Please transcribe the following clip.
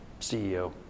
CEO